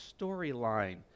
storyline